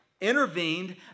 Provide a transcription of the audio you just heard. intervened